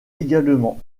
également